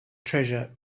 treasure